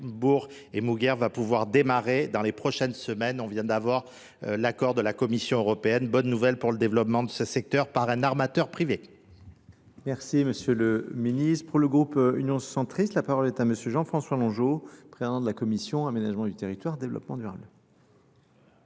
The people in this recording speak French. Cherbourg et Mouguère va pouvoir démarrer dans les prochaines semaines on vient d'avoir l'accord de la commission européenne bonne nouvelle pour le développement de ce secteur par un armateur privé merci monsieur le ministre pour le groupe union centrice la parole est à monsieur Jean-François Longiot président de la commission aménagement du territoire développement durable